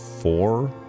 four